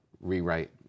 rewrite